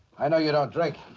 i know you don't drink